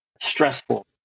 stressful